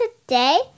Today